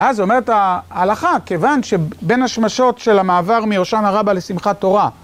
אז אומרת ההלכה, כיוון שבין השמשות של המעבר מהשוענא רבה לשמחת תורה...